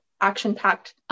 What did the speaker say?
action-packed